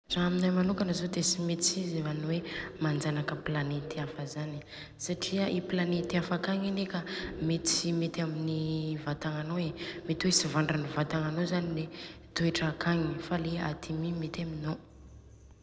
Ra aminay manokana zô de tsy mety si zany eo manjanaka planeta hafa. Satria a i planeta hafa akagny ane ka mety tsy mety amin'ny vatagnanô, mety hoe tsy vandriny i vatagna anô zany le toetra akagny fa le aty mi mety aminô.